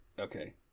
Okay